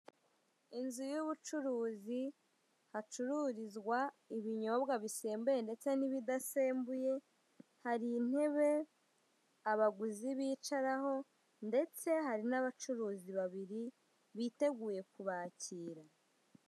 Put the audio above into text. Inzu y'ubucuruzi hacururizwa ibinyobwa bisembuye ndetse n'ibidasembuye, hari intebe abaguzi bicaraho ndetse hari n'abacuruzi babiri biteguye kubakira.